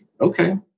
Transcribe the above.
okay